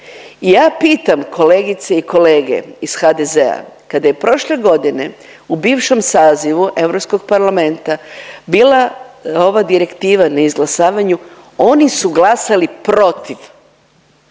Ja pitam kolegice i kolege iz HDZ-a kada je prošle godine u bivšem sazivu Europskog parlamenta bila ova direktiva na izglasavanju oni su glasali protiv.